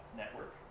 network